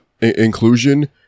inclusion